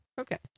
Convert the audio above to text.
Okay